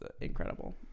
incredible